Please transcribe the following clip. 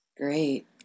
great